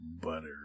butter